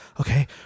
okay